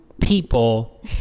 people